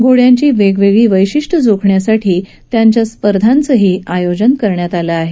घोड्यांची वेगवेगळी वैशिष्ट्यं जोखण्यासाठी त्यांच्या स्पर्धाचं आयोजन स्द्धा करण्यात आलं आहे